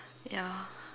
yeah